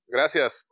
Gracias